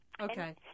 Okay